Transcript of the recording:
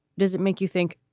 does it make you think,